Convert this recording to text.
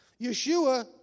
Yeshua